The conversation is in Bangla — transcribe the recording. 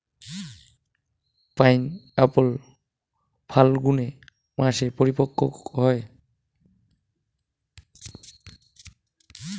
পাইনএপ্পল ফাল্গুন মাসে পরিপক্ব হয়